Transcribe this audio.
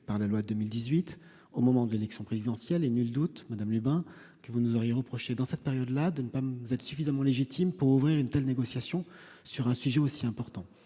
par la loi de 2018 au moment de l'élection présidentielle et nul doute Madame Lubin que vous nous auriez reproché dans cette période là, de ne pas être suffisamment légitime pour ouvrir une telle négociation sur un sujet aussi important,